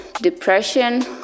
depression